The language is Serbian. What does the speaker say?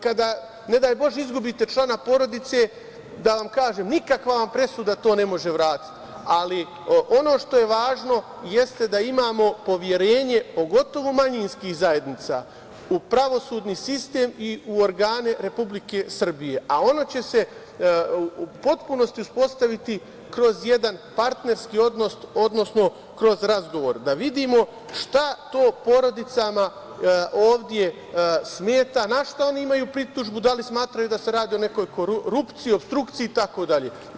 Kada, ne daj Bože, izgubite člana porodice, da vam kažem, nikakva vam presuda to ne može vratiti, ali ono što je važno jeste da imamo poverenje, pogotovo manjinskih zajednica u pravosudni sistem i u organe Republike Srbije, a ono će se u potpunosti uspostaviti kroz jedan partnerski odnos, odnosno kroz razgovor da vidimo šta to porodicama ovde smeta, na šta imaju pritužbu, da li smatraju da se radi o nekoj korupciji, opstrukciji itd.